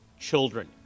children